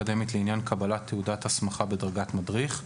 אקדמית לעניין קבלת תעודת הסמכה בדרגת מדריך,